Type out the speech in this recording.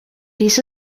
dies